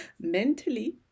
Mentally